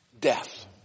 death